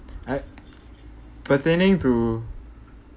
I pertaining to